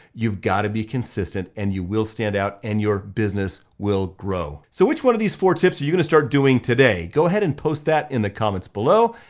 you've gotta be consistent, and you will stand out, and your business will grow. so which one of these four tips are you gonna start doing today? go ahead and post that in the comments below,